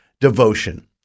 devotion